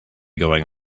going